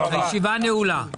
הישיבה ננעלה בשעה 17:48.